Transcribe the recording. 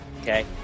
Okay